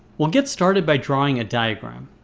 we'll get started by drawing a diagram.